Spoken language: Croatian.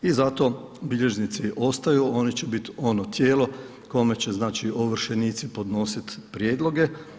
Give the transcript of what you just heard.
I zato bilježnici ostaju, oni će biti ono tijelo kome će ovršenici podnositi prijedloge.